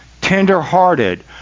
tender-hearted